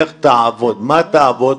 לך תעבוד, במה תעבוד?